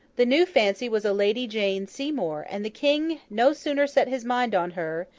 the new fancy was a lady jane seymour and the king no sooner set his mind on her,